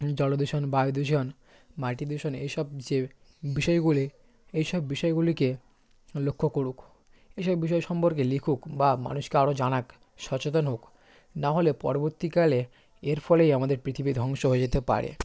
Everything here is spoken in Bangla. জলদূষণ বায়ুদূষণ মাটি দূষণের এই সব যে বিষয়গুলি এই সব বিষয়গুলিকে লক্ষ্য করুক এই সব বিষয় সম্পর্কে লিখুক বা মানুষকে আরও জানাক সচেতন হোক নাহলে পরবর্তীকালে এর ফলেই আমাদের পৃথিবী ধ্বংস হয়ে যেতে পারে